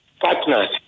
partners